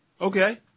Okay